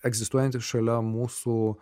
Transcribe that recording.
egzistuojantis šalia mūsų